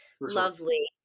lovely